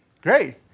Great